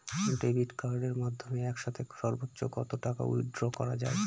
Debit কার্ডের মাধ্যমে একসাথে সর্ব্বোচ্চ কত টাকা উইথড্র করা য়ায়?